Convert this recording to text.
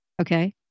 Okay